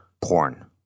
porn